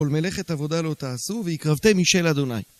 כל מלאכת עבודה לא תעשו, והקרבתם משל אדוני.